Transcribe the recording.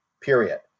period